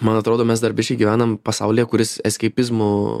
man atrodo mes dar biškį gyvename pasaulyje kuris eskeipizmu